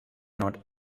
not